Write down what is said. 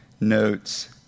notes